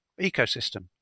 ecosystem